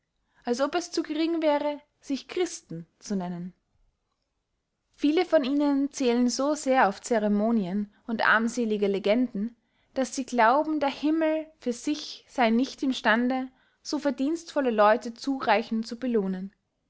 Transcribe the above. als ob es zu gering wäre sich christen zu nennen viele von ihnen zählen so sehr auf ceremonien und armselige legenden daß sie glauben der himmel für sich sey nicht im stande so verdienstvolle leute zureichend zu belohnen